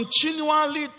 continually